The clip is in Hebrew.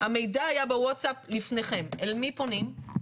המידע היה בווטסאפ לפניכם, אל מי פונים?